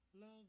Love